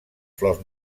flors